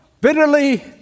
bitterly